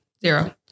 zero